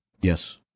Yes